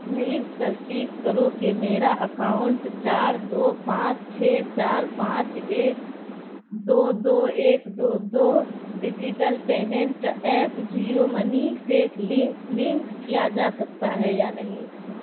please تصدیق کرو کہ میرا اکاؤنٹ چار دو پانچ چھ چار پانچ ایک دو دو ایک دو دو digital payment app Jio money سے لنک کیا جا سکتا ہے یا نہیں